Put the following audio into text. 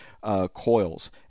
Coils